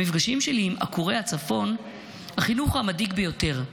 במפגשים שלי עם עקורי הצפון החינוך הוא המדאיג ביותר,